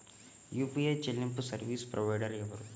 UPI చెల్లింపు service provider ఎవరు?